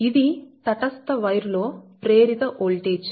ఇది తటస్థ వైర్ లో ప్రేరిత ఓల్టేజ్